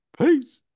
Peace